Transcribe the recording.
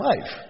life